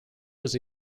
was